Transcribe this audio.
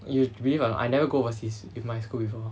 you believe not I never go overseas with my school before